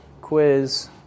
quiz